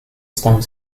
sedang